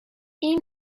این